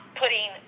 putting